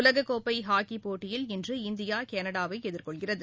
உலகக் கோப்பை ஹாக்கிப் போட்டியில் இன்று இந்தியா கனடாவை எதிர்கொள்கிறது